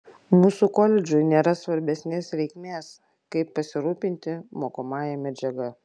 mūsų koledžui nėra svarbesnės reikmės kaip pasirūpinti mokomąja medžiaga